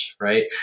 Right